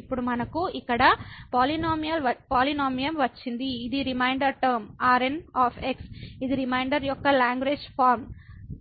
ఇప్పుడు మనకు ఇక్కడ పాలినోమియ వచ్చింది ఇది రిమైండర్ టర్మ Rn ఇది రిమైండర్ యొక్క లాగ్రేంజ్ ఫార్మ